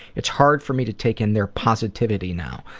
it's hard for me to take in their positivity now.